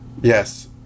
Yes